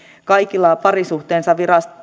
kaikilla parisuhteensa